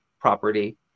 property